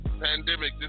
pandemic